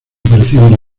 parecían